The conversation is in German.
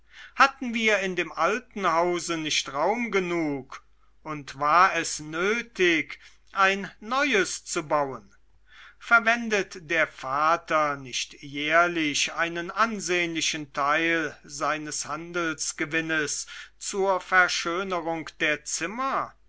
hatten wir in dem alten hause nicht raum genug und war es nötig ein neues zu bauen verwendet der vater nicht jährlich einen ansehnlichen teil seines handelsgewinnes zur verschönerung der zimmer